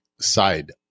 side